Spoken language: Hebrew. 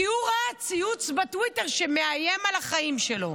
הוא ראה ציוץ בטוויטר שמאיים על החיים שלו.